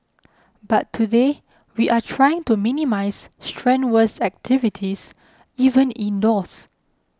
but today we are trying to minimise strenuous activities even indoors